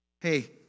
Hey